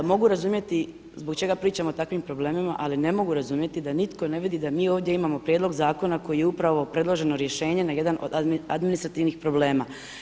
Mogu razumjeti zbog čega pričamo o takvim problemima, ali ne mogu razumjeti da nitko ne vidi da mi ovdje imamo prijedlog zakona koji je upravo predloženo rješenje na jedan od administrativnih problema.